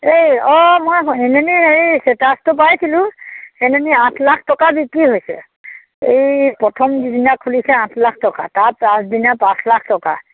এই অঁ মই হেমেনিৰ এই ছেটাছটো পাইছিলোঁ সেমেনি আঠ লাখ টকা বিক্ৰী হৈছে এই প্ৰথম যিদিনা খুলিছে আঠ লাখ টকা তাৰ পাঁচদিনা পাঁচ লাখ টকা